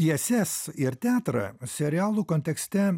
pjeses ir teatrą serialų kontekste